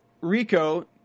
Rico